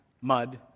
mud